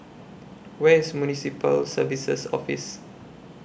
Where IS Municipal Services Office